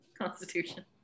constitution